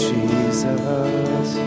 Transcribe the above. Jesus